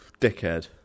Dickhead